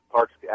Parks